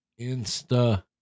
insta